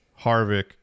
Harvick